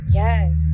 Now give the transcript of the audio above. yes